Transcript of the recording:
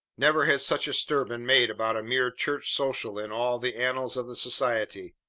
never had such a stir been made about a mere church social in all the annals of the society.